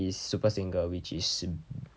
is super single which is sup~